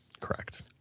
Correct